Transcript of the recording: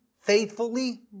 faithfully